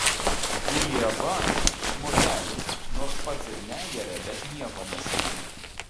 dulieba žmogelis nors pats ir negeria bet nieko nesakytų